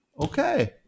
okay